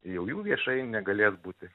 jau jų viešai negalės būti